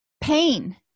Pain